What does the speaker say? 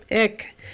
ick